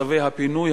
לצווי הפינוי?